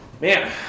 Man